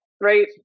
right